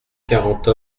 quarante